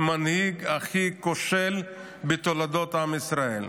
המנהיג הכי כושל בתולדות עם ישראל.